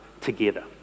together